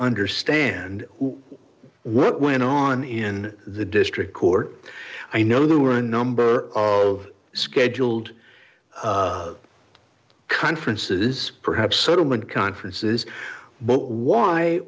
understand what went on in the district court i know there were a number of scheduled conferences perhaps settlement conferences